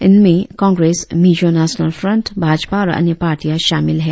इनमें Congress Mizo National Front Bhajpa और अन्य पार्टियां शामिल हैं